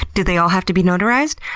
do they all have to be notarized?